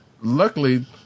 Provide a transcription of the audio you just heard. luckily